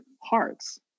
hearts